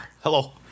Hello